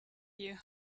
you